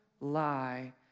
Lie